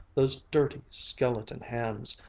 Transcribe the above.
those dirty, skeleton hands,